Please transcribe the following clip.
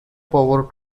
power